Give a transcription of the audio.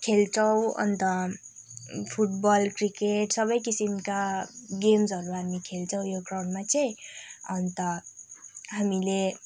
खेल्छौँ अन्त football cricket सबै किसिमका गेम्सहरू हामी खेेल्छौँ यो ग्राउन्डमा चाहिँ अन्त हामीले